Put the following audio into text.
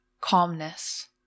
Calmness